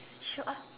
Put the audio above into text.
show up